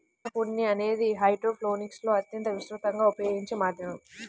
rock ఉన్ని అనేది హైడ్రోపోనిక్స్లో అత్యంత విస్తృతంగా ఉపయోగించే మాధ్యమం